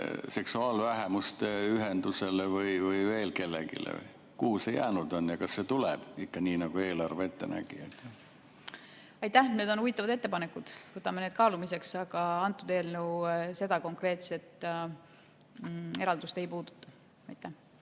seksuaalvähemuste ühendusele või veel kellelegi? Kuhu see jäänud on ja kas see tuleb ikka nii, nagu eelarve ette nägi? Aitäh! Need on huvitavad ettepanekud. Võtame need kaalumiseks, aga antud eelnõu seda konkreetset eraldust ei puuduta. Aitäh!